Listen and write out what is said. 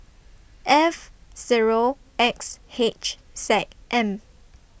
F Zero X H Z M